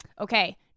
Okay